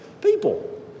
people